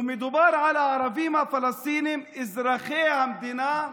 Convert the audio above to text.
ומדובר על הערבים הפלסטינים אזרחי המדינה,